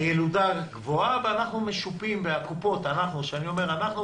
שיעור הילודה גבוה ואנחנו משופים כשאני אומר "אנחנו",